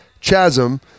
chasm